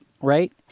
right